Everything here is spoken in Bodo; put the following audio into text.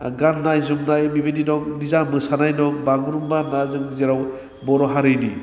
गान्नाय जोमनाय बेबादि दं निजा मोसानाय दं बागुरुम्बा होनना जों जेराव बर' हारिनि